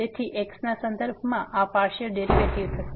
તેથી x ના સંદર્ભમાં આ પાર્સીઅલ ડેરીવેટીવ થશે